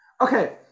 Okay